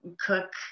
cook